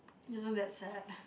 isn't that sad